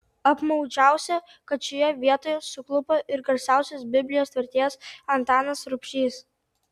apmaudžiausia kad šioje vietoje suklupo ir garsiausias biblijos vertėjas antanas rubšys